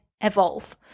evolve